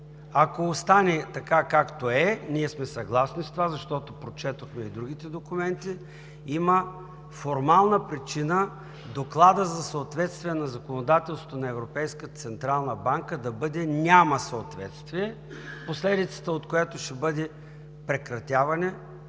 Ако остане както е – ние сме съгласни с това, защото прочетохме и другите документи, има формална причина Докладът за съответствие на законодателството на Европейската централна банка да бъде „няма съответствие“, последицата от което ще бъде прекратяване